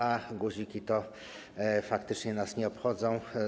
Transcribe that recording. A guziki faktycznie nas nie obchodzą.